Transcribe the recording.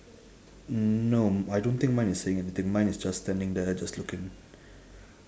no I don't think mine is saying anything mine is just standing there just looking